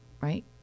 right